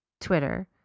Twitter